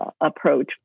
approach